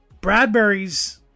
Bradbury's